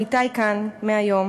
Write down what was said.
עמיתי כאן מהיום,